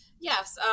Yes